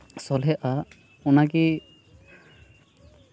ᱥᱚᱞᱦᱮᱜᱼᱟ ᱚᱱᱟᱜᱮ